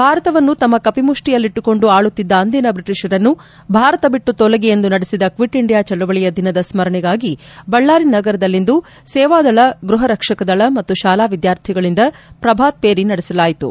ಭಾರತವನ್ನು ತಮ್ಮ ಕಪಿಮುಷ್ತಿಯಲ್ಲಿಟ್ಟುಕೊಂದು ಆಳುತ್ತಿದ್ದ ಅಂದಿನ ಬ್ರಿಟೀಷರನ್ನು ಭಾರತ ಬಿಟ್ಟು ತೊಲಗಿ ಎಂದು ನಡೆಸಿದ ಕ್ವಿಟ್ ಇಂಡಿಯಾ ಚಳವಳಿಯ ದಿನದ ಸ್ಮರಣೆಗಾಗಿ ಬಳ್ಳಾರಿ ನಗರದಲ್ಲಿಂದು ಸೇವಾದಳ ಗೃಹರಕ್ಷಕದಳ ಮತ್ತು ಶಾಲಾ ವಿದ್ಯಾರ್ಥಿಗಳಿಂದ ಪ್ರಭಾತ್ ಪೇರಿ ನಡೆಸಲಾಯಿತು